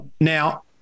Now